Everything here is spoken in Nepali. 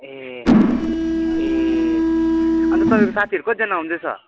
ए ए अन्त तपाईँको साथीहरू कतिजना आउँदैछ